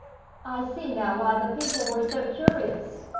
i see now why the people were so curious.